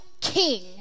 king